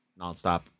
Nonstop